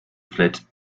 fled